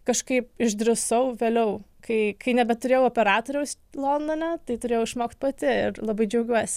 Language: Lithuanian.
kažkaip išdrįsau vėliau kai kai nebeturėjau operatoriaus londone tai turėjau išmokt pati ir labai džiaugiuosi